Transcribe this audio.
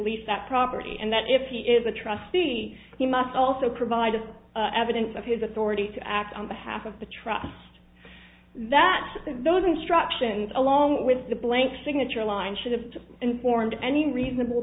lease that property and that if he is a trustee he must also provide evidence of his authority to act on behalf of the trust that those instructions along with the blank signature line should have informed any reasonable